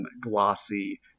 glossy